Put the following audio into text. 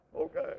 Okay